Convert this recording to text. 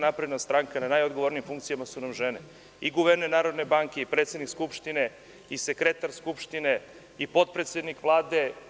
Na najodgovornijim funkcijama su nam žene – i guverner Narodne banke, i predsednik Skupštine, i sekretar Skupštine i potpredsednik Vlade.